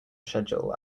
schedule